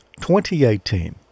2018